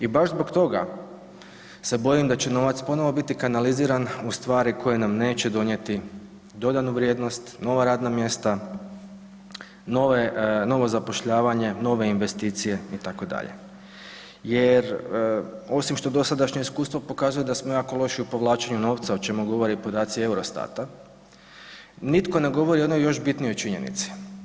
I baš zbog toga se bojim da će novac ponovo biti kanaliziran u stvari koje nam neće donijeti dodanu vrijednost, nova radna mjesta, novo zapošljavanje, nove investicije itd. jer osim što dosadašnje iskustvo pokazuje da smo jako loši u povlačenju novca o čemu govore podaci EUROSTAT-a, nitko ne govori o onoj još bitnijoj činjenici.